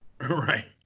Right